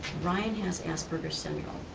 ryan has asperger's syndrome.